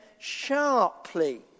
sharply